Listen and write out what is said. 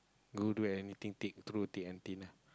go do anything thick through thick and thin lah